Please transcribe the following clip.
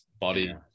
body